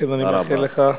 תודה רבה.